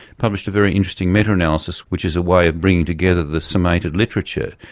published a very interesting meta-analysis which is a way of bringing together the summated literature,